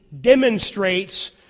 demonstrates